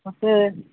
ಮತ್ತು